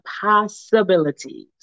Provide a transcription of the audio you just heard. possibilities